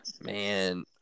Man